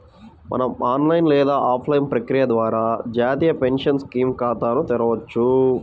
మనం ఆన్లైన్ లేదా ఆఫ్లైన్ ప్రక్రియ ద్వారా జాతీయ పెన్షన్ స్కీమ్ ఖాతాను తెరవొచ్చు